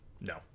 no